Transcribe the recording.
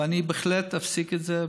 ואני בהחלט אפסיק את זה,